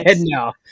No